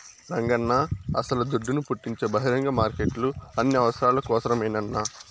రంగన్నా అస్సల దుడ్డును పుట్టించే బహిరంగ మార్కెట్లు అన్ని అవసరాల కోసరమేనన్నా